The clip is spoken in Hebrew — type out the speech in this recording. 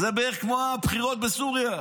זה בערך כמו הבחירות בסוריה.